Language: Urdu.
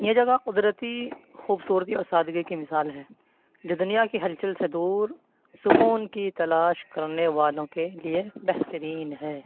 یہ جگہ قدرتی خوبصورتی اور سادگی کی مثال ہے جو دنیا کے ہلچل سے دور سکون کی تلاش کرنے والوں کے لیے بہترین ہے